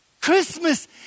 Christmas